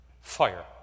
Fire